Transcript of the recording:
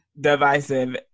divisive